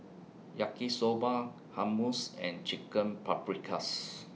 Yaki Soba Hummus and Chicken Paprikas